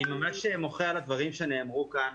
אני ממש מוחה על הדברים שנאמרו כאן.